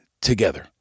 together